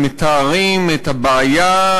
הם מתארים את הבעיה,